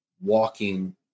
walking